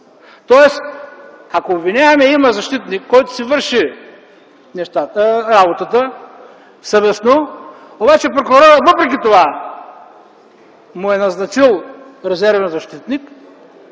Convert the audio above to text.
Тоест, ако обвиняемият има защитник, който си върши работата съвестно, обаче прокурорът въпреки това му е назначил резервен защитник,